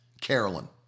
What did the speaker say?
Carolyn